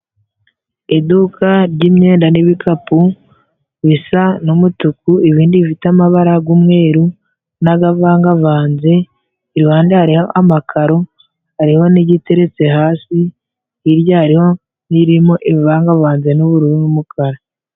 Iduka ry'imyenda n'ibikapu bisa n'umutuku ibindi bifite amabara g'umweru, n'agavangavanze. Iruhandere hari amakaro, hariho n'igitereretse hasi, hirya hariho n'irimo ibivangavanze n'ubururu n'umukara.